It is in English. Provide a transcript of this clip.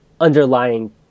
underlying